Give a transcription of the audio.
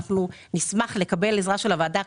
שאני אשמח לקבל את העזרה של הוועדה.